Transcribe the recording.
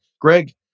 Greg